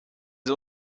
sie